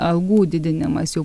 algų didinimas jau